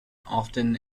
often